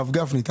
הרב גפני.